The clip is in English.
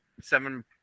seven